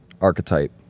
archetype